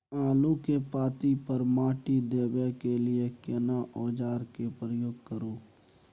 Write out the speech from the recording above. आलू के पाँति पर माटी देबै के लिए केना औजार के प्रयोग करू?